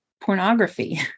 pornography